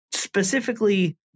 specifically